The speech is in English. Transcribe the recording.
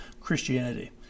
Christianity